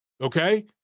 Okay